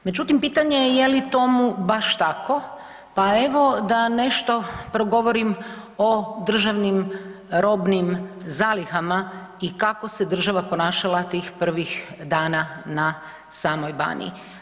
Međutim, pitanje je jeli tome baš tako pa evo da nešto progovorim o državnim robnim zalihama i kako se država ponašala tih prvih dana na samoj Baniji.